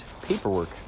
paperwork